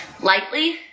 lightly